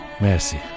Merci